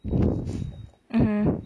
mmhmm